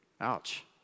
Ouch